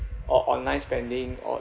or online spending or